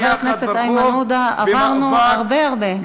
חבר הכנסת איימן עודה, עברנו הרבה הרבה.